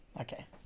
Okay